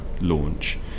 launch